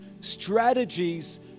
strategies